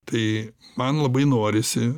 tai man labai norisi